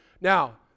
Now